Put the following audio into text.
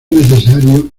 necesario